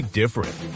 different